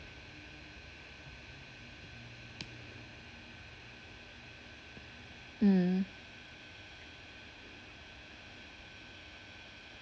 mm